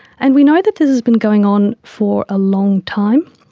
and we know that this has been going on for a long time.